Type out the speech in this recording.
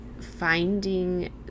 finding